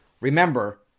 Remember